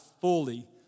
fully